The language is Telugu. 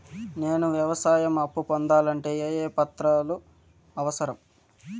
నేను వ్యవసాయం అప్పు పొందాలంటే ఏ ఏ పత్రాలు అవసరం?